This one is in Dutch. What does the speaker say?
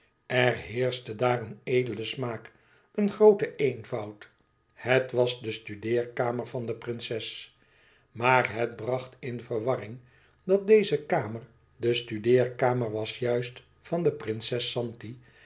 er heerschte daar een edele smaak een groote eenvoud het was de studeerkamer van de prinses maar het bracht in verwarring dat deze kamer de studeerkamer was juist van de prinses zanti